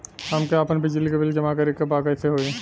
हमके आपन बिजली के बिल जमा करे के बा कैसे होई?